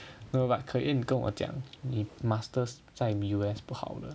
no but Ke Yin 跟我讲你 masters 在 U_S 不好的